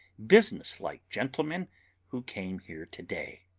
business-like gentleman who came here to-day.